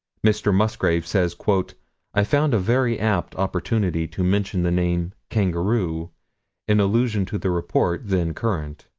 mr. musgrave says i found a very apt opportunity to mention the name kangaroo in allusion to the report then current.